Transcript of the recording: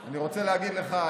אני רוצה להגיד לך,